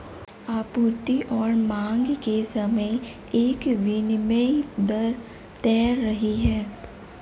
आपूर्ति और मांग के समय एक विनिमय दर तैर रही है